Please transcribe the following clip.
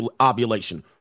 ovulation